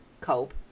cope